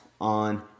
on